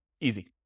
Easy